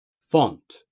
Font